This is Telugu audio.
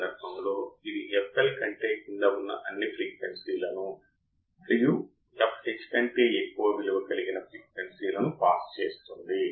మరియు దాని కారణంగా మీరు ట్రాన్సిస్టర్ T1 మరియు T2 లను సరిగ్గా బయాస్ చేయలేరు దీనివల్ల ఒక చిన్న ఇన్పుట్ కరెంట్ ఉంటుంది